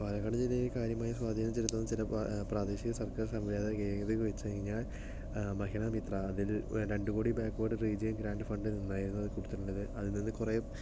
പാലക്കാട് ജില്ലയിൽ കാര്യമായ സ്വാധീനം ചെലുത്തുന്ന ചില പ്രാദേശിക സർക്കാർ സംവിധാനങ്ങൾ ഏതൊക്കെയെന്നു വച്ച് കഴിഞ്ഞാൽ മഹിളാ മിത്ര അതിൽ രണ്ട് കോടി ബാക്ക്വേർഡ് റീജ്യൻ ഗ്രാൻഡ് ഫണ്ടിൽ ഉണ്ടായിരുന്നത് കൊടുത്തിട്ടുള്ളത് അതിൽ നിന്നു കുറെ